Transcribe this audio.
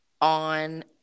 on